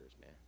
man